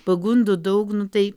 pagundų daug nu tai